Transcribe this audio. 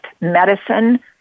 medicine